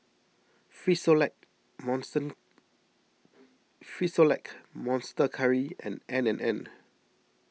Frisolac Frisolac Monster Curry and N and N